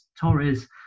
Torres